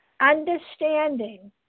understanding